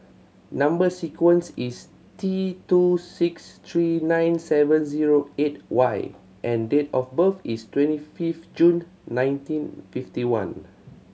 number sequence is T two six three nine seven zero eight Y and date of birth is twenty fifth June nineteen fifty one